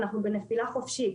אנחנו בנפילה חופשית.